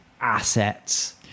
assets